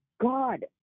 God